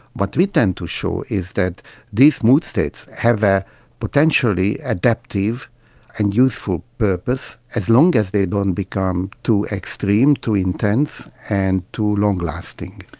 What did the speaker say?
what we tend to show is that these mood states have a potentially adaptive and useful purpose as long as they don't become too extreme, too intense and too long-lasting.